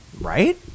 right